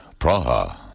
Praha